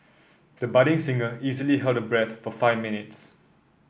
the budding singer easily held her breath for five minutes